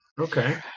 Okay